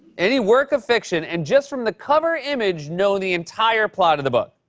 any work of fiction and, just from the cover image, know the entire plot of the book.